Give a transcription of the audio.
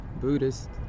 buddhist